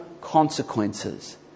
consequences